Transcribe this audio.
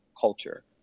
culture